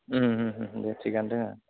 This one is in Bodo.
दे थिगानो दोङो